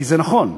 וזה נכון,